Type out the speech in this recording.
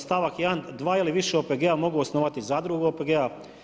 Stavak 1. dva ili više OPG-a mogu osnovati zadrugu OPG-a.